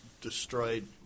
destroyed